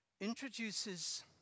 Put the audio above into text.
introduces